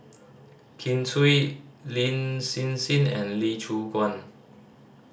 Kin Chui Lin Hsin Hsin and Lee Choon Guan